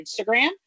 Instagram